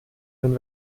den